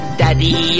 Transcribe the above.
daddy